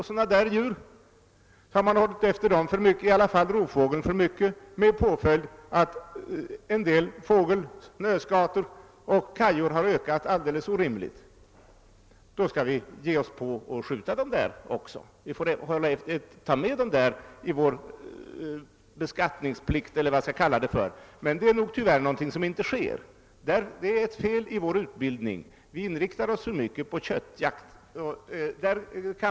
Man har hållit efter rovfågeln för mycket med den påföljd att antalet snöskator, kajor och andra fåglar har ökat alldeles orimligt. Då måste vi skjuta dem också, vi får ta med dem i vår beskattningsplikt. Men det är någonting som tyvärr inte sker. Det är ett fel i vår utbildning att vi inriktar oss för mycket på köttjakt.